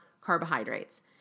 carbohydrates